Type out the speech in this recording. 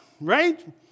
Right